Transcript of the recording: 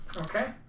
Okay